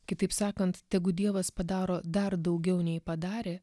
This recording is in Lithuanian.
kitaip sakant tegu dievas padaro dar daugiau nei padarė